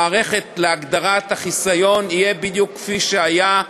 המערכת להגדרת החיסיון תהיה בדיוק כפי שהייתה,